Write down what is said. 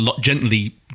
gently